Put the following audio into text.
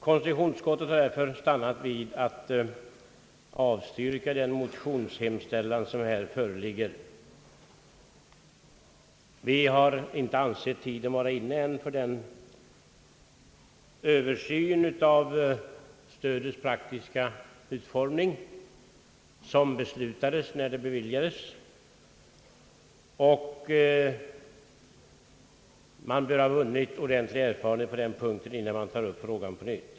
Konstitutionsutskottet har stannat vid att avstyrka den motionshemställan som här föreligger. Vi har inte ansett tiden ännu vara inne för den översyn av stödets praktiska utformning, som beslutades när stödet beviljades. Man bör ha vunnit ordentlig erfarenhet på den punkten innan man tar upp frågan på nytt.